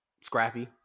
scrappy